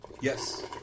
Yes